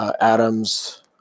Adams